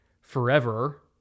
forever